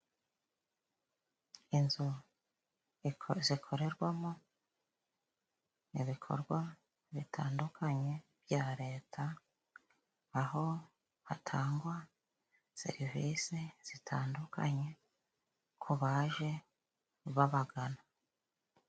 Inzu zikorerwamo ibikorwa bitandukanye bya Leta aho hatangwa serivisi zitandukanye ku baje babagana.